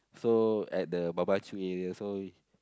so at the barbecue area so